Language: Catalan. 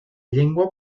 llengua